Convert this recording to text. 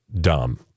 dumb